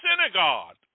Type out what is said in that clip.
synagogue